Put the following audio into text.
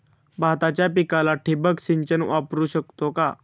भाताच्या पिकाला ठिबक सिंचन वापरू शकतो का?